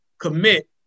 commit